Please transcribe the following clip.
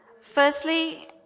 Firstly